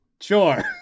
Sure